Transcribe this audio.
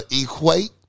Equate